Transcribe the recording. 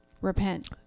Repent